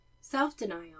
self-denial